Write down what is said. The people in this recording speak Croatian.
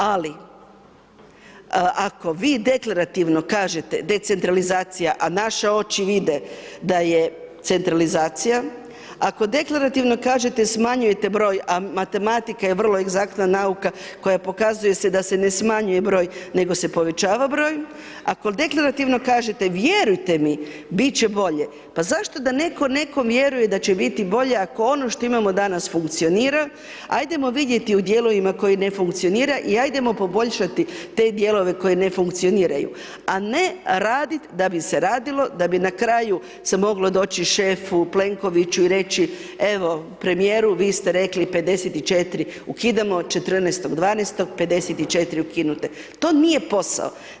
Ali ako vi deklarativno kažete decentralizacija a naše oči vide da je centralizacija, ako deklarativno kažete smanjujete broj a matematika je vrlo egzaktna nauka koja pokazuje da se ne smanjuje broj nego se povećava broj, ako deklarativno kažete vjerujte mi biti će bolje pa zašto da netko nekom vjeruje da će biti bolje ako ono što imamo danas funkcionira, ajdemo vidjeti u dijelovima koji ne funkcionira i ajdemo poboljšati te dijelove koji ne funkcioniraju, a ne raditi da bi se radilo, da bi na kraju se moglo doći šefu Plenkoviću i reći, evo premjeru vi ste rekli 54 ukidamo 14.12. 54 ukinute, to nije posao.